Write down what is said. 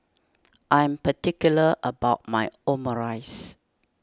I am particular about my Omurice